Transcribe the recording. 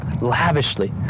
lavishly